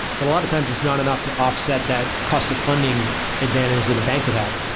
but a lot of times it's not enough to offset that cost of funding advantage that a bank would have.